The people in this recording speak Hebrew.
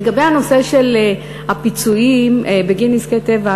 לגבי הנושא של הפיצויים על נזקי טבע,